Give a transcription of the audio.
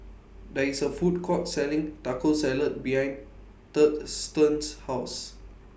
There IS A Food Court Selling Taco Salad behind Thurston's House